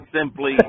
simply